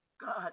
God